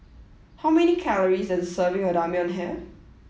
how many calories does a serving of Ramyeon have